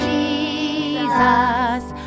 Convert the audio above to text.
Jesus